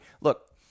look